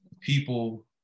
people